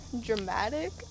dramatic